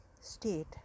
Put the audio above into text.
state